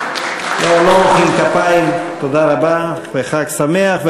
לא מוחאים כפיים, תודה רבה וחג שמח.